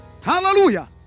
Hallelujah